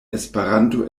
esperanto